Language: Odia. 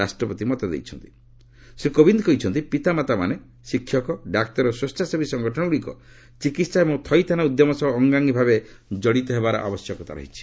ରାଷ୍ଟ୍ରପତି କହିଛନ୍ତି ପିତାମାତାମାନେ ଶିକ୍ଷକମାନେ ଡାକ୍ତର ଓ ସ୍ୱଚ୍ଛାସେବୀ ସଂଗଠନଗୁଡ଼ିକ ଚିକିତ୍ସା ଏବଂ ଥଇଥାନ ଉଦ୍ୟମ ସହ ଅଙ୍ଗାଙ୍ଗୀଭାବେ କଡିତ ହେବାର ଆବଶ୍ୟକତା ରହିଛି